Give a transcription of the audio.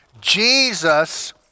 Jesus